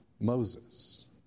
Moses